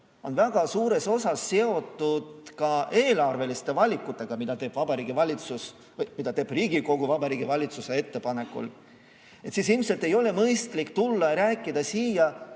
on väga suures osas seotud ka eelarveliste valikutega, mida teeb Riigikogu Vabariigi Valitsuse ettepanekul, siis ilmselt ei ole mõistlik tulla ja rääkida siin